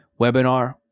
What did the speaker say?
webinar